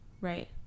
Right